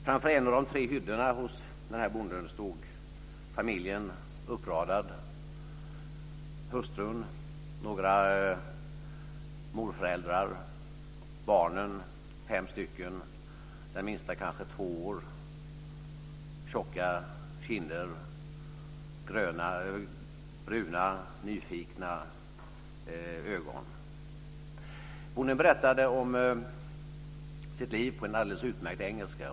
Framför en av de tre hyddorna hos bonden stod familjen uppradad - hustrun, några morföräldrar, de fem barnen. Den minsta var kanske två år med tjocka kinder och bruna nyfikna ögon. Bonden berättade om sitt liv på en alldeles utmärkt engelska.